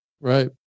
Right